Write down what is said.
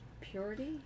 Purity